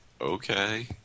okay